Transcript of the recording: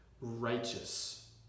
righteous